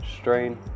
strain